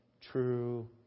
true